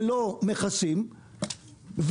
ללא מכסים,